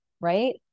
right